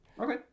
Okay